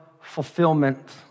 fulfillment